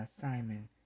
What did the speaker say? Simon